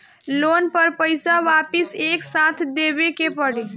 Loan का पईसा वापिस एक साथ देबेके पड़ी?